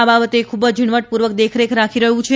આ બાબતે ખૂબ જ ઝીણવટપૂર્વક દેખરેખ રાખી રહ્યું છે